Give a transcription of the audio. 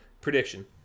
prediction